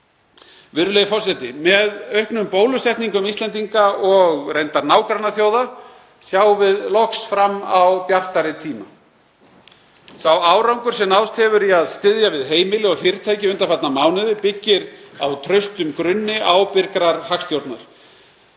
Virðulegi forseti. Með auknum bólusetningum Íslendinga og reyndar nágrannaþjóða sjáum við loks fram á bjartari tíma. Sá árangur sem náðst hefur í að styðja við heimili og fyrirtæki undanfarna mánuði byggir á traustum grunni ábyrgrar hagstjórnar.